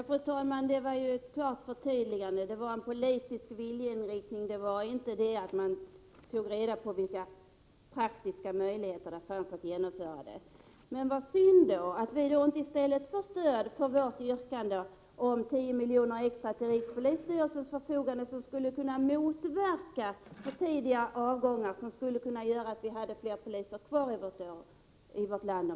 Fru talman! Nu fick vi alltså ett förtydligande om att det gäller en politisk viljeinriktning — moderaterna tog inte reda på de praktiska möjligheterna att genomföra en sådan utbildning. Så synd att vi då inte i stället får stöd för vårt yrkande om 10 milj.kr. extra till rikspolisstyrelsen, vilket skulle kunna motverka för tidiga avgångar och innebära att vi hade fler poliser kvar i vårt land om ett år.